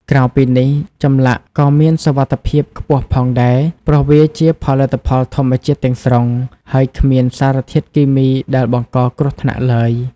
ក្រៅពីនេះ ចម្លាក់ក៏មានសុវត្ថិភាពខ្ពស់ផងដែរ ព្រោះវាជាផលិតផលធម្មជាតិទាំងស្រុង ហើយគ្មានសារធាតុគីមីដែលបង្កគ្រោះថ្នាក់ឡើយ។